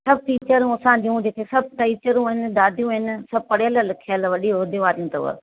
सभु टीचरूं असां जूं जेके सभु टीचरूं आहिनि दादियूं आहिनि सभु पढ़ियलु लिखियलु वॾी उहिदे वारियूं अथव